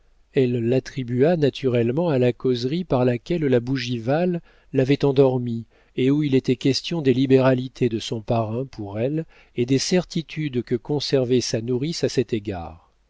elle l'attribua naturellement à la causerie par laquelle la bougival l'avait endormie et où il était question des libéralités de son parrain pour elle et des certitudes que conservait sa nourrice à cet égard